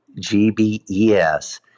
GBES